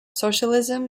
socialism